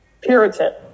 Puritan